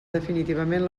definitivament